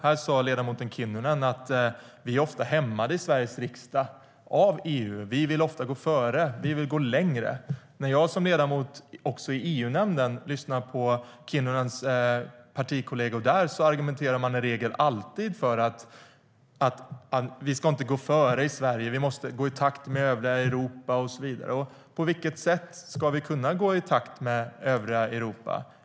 Här sa ledamoten Kinnunen att vi ofta är hämmade av EU i Sveriges riksdag. Vi vill ofta gå före, och vi vill gå längre. När jag som ledamot i EU-nämnden lyssnar på Kinnunens partikolleger där argumenterar de i regel alltid för att vi inte ska gå före i Sverige. Vi måste gå i takt med övriga Europa och så vidare. På vilket sätt ska vi kunna gå i takt med övriga Europa?